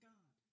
God